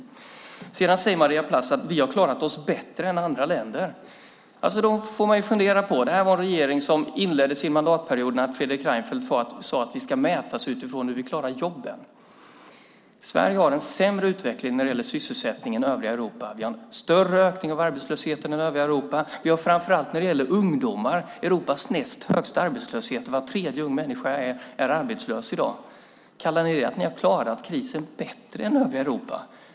Maria Plass säger att vi har klarat oss bättre än andra länder. Då får man ju fundera. Detta är en regering som inledde sin mandatperiod med att Fredrik Reinfeldt sade att den skulle mätas utifrån hur den klarar jobben. Sverige har när det gäller sysselsättningen en sämre utveckling än övriga Europa. Vi har större ökning av arbetslösheten än övriga Europa, och vi har framför allt när det gäller ungdomar Europas näst högsta arbetslöshet. Var tredje ung människa är arbetslös i dag. Kallar ni det att ni har klarat krisen bättre än övriga Europa?